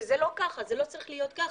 וזה לא צריך להיות ככה.